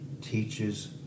teaches